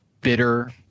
bitter